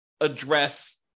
address